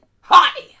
Hi